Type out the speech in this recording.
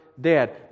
dead